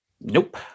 nope